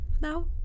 now